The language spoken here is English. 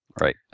Right